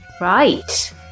right